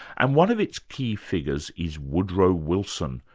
and one of its key figures is woodrow wilson,